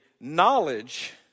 knowledge